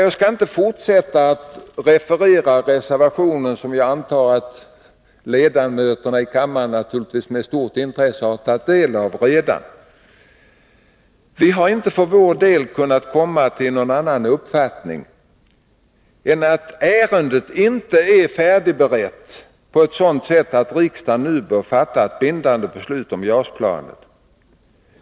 Jag skall inte fortsätta att referera reservationens innehåll, som jag antar att ledamöterna med stort intresse redan har tagit del av. Vi har för vår del inte kunnat komma till en annan uppfattning än att ärendet inte är färdigberett på ett sådant sätt att riksdagen nu bör fatta ett bindande beslut om JAS-planet.